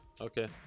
Okay